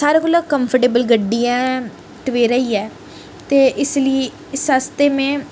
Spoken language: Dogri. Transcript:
सारे कोला कम्फ़र्टेबल गड्डी ऐ टवेरा ही ऐ ते इसलेई इस आस्तै में